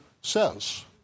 says